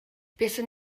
buaswn